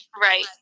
Right